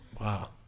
Wow